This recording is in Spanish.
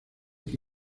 que